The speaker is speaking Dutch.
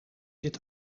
dit